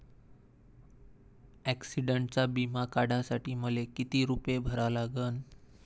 ॲक्सिडंटचा बिमा काढा साठी मले किती रूपे भरा लागन?